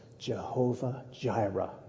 Jehovah-Jireh